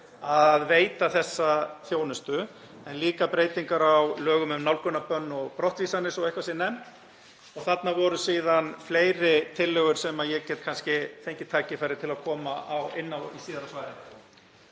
að veita þessa þjónustu væri lögfest, en líka breytingar á lögum um nálgunarbönn og brottvísanir svo að eitthvað sé nefnt. Þarna voru síðan fleiri tillögur sem ég get kannski fengið tækifæri til að koma inn á í síðara svari.